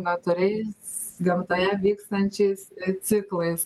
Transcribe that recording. natūraliais gamtoje vykstančiais ciklais